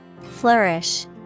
Flourish